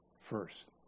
first